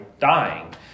dying